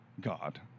God